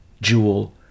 Jewel